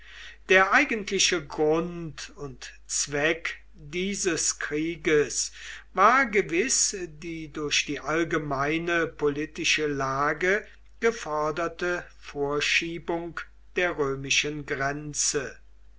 der eigentliche grund und zweck dieses krieges war gewiß die durch die allgemeine politische lage geforderte vorschiebung der römischen grenze